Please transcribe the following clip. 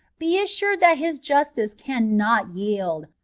be assured that his justice cannot yield,